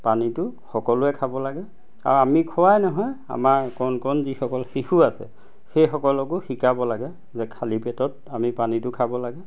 পানীটো সকলোৱে খাব লাগে আৰু আমি খোৱাই নহয় আমাৰ কণ কণ যিসকল শিশু আছে সেইসকলকো শিকাব লাগে যে খালী পেটত আমি পানীটো খাব লাগে